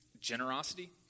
generosity